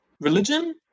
religion